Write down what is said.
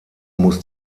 muss